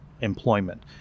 employment